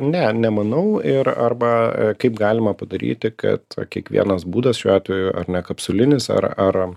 ne nemanau ir arba kaip galima padaryti kad kiekvienas būdas šiuo atveju ar ne kapsulinis ar ar